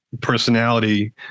personality